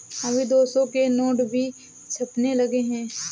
अभी दो सौ के नोट भी छपने लगे हैं